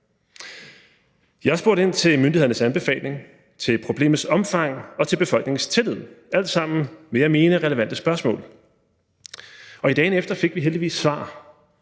Jeg spurgte ind til myndighedernes anbefaling, til problemets omfang og til befolkningens tillid – alt sammen vil jeg mene er relevante spørgsmål. I dagene efter fik vi heldigvis svar.